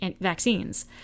vaccines